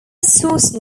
source